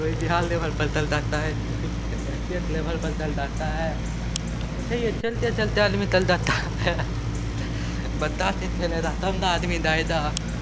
कोई बिहार लेबल पर चल जाता है तो ही एसटेट लेबल पर चल जाता है वैसे ही है खेलते खेलते आदमी चल जाता है बता के खेलेता तब ना आदमी जाएगा